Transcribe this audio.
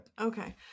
Okay